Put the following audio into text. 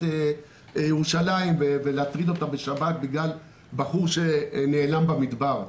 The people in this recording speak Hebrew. ירושלים ולהטריד אותה בגלל בחור שנעלם במדבר.